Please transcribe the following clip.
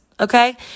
Okay